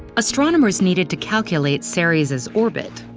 astronomers needed to calculate ceres's orbit.